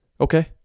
okay